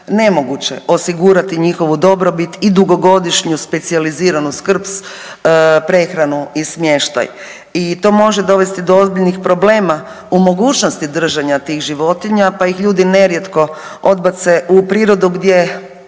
nemoguće osigurati njihovu dobrobit i dugogodišnju specijaliziranu skrb, prehranu i smještaj. I to može dovesti do ozbiljnih problema u mogućnosti držanja tih životinja, pa ih ljudi nerijetko odbace u prirodu gdje